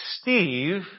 Steve